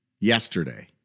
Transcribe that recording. yesterday